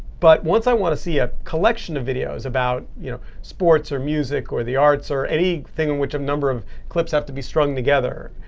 but once i want to see a collection of videos about you know sports, or music, or the arts, or anything in which a number of clips have to be strung together,